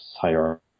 higher